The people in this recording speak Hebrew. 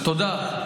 תודה.